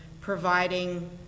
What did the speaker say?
providing